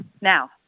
now